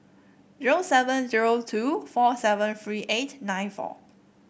zero seven zero two four seven three eight nine four